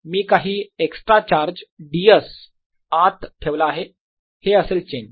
मी काही extra charge ds आत ठेवला आहे हे असेल चेंज